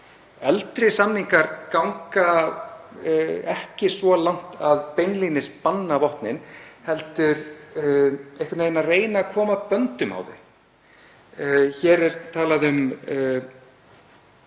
Eldri samningar ganga ekki svo langt að beinlínis banna vopnin heldur einhvern veginn að reyna að koma böndum á þau. Hér er talað um